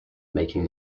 making